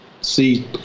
see